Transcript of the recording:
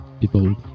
people